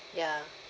ya